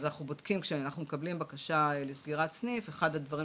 אז כשאנחנו מקבלים בקשה לסגירת סניף אחד הדברים